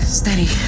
steady